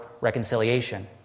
reconciliation